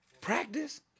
Practice